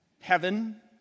heaven